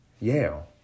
Yale